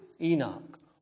Enoch